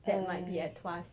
that might be at tuas